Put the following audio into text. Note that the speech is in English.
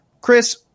Chris